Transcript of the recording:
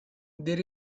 there